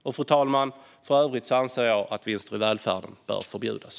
Fru talman! För övrigt anser jag att vinster i välfärden bör förbjudas.